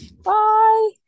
bye